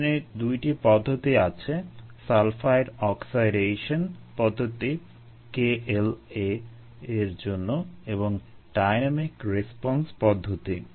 এখানে দুইটি পদ্ধতি আছে সালফাইট অক্সাইডেশন পদ্ধতি KLa এর জন্য এবং ডাইন্যামিক রেসপন্স পদ্ধতি